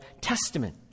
Testament